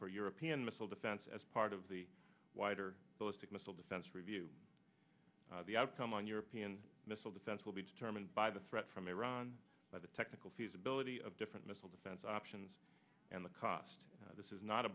for european missile defense as part of the wider ballistic missile defense review the outcome on european missile defense will be determined by the threat from iran by the technical feasibility of different missile defense options and the cost this is not a